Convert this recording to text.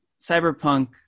cyberpunk